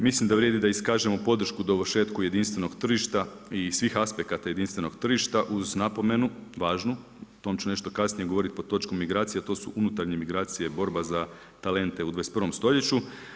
Mislim da vrijedi da iskažemo podršku dovršetku jedinstvenog tržišta i svih aspekata jedinstvenog tržišta uz napomenu važnu, o tom ću nešto kasnije govoriti pod točkom migracije, a to su unutarnje migracije, borba za talente u 21. stoljeću.